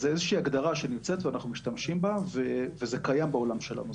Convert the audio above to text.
אז זה איזה שהיא הגדרה שנמצאת ואנחנו משתמשים בה וזה קיים בעולם שלנו,